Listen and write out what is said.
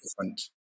different